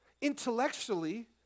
intellectually